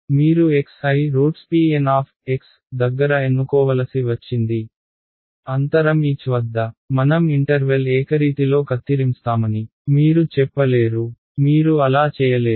మీరు xi roots pN దగ్గర ఎన్నుకోవలసి వచ్చింది అంతరం h వద్ద మనం ఇంటర్వెల్ ఏకరీతిలో కత్తిరింస్తామని మీరు చెప్పలేరు మీరు అలా చేయలేరు